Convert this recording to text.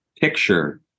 picture